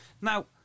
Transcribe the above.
Now